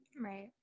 right